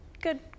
Good